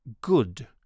good